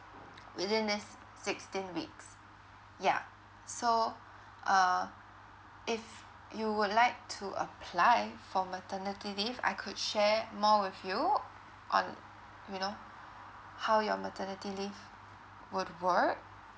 within these sixteen weeks yeah so uh if you would like to apply for maternity leave I could share more with you on you know how your maternity leave would work